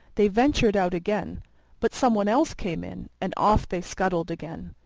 they ventured out again but some one else came in, and off they scuttled again.